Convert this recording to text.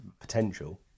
potential